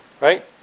right